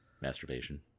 Masturbation